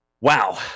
Wow